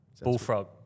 bullfrog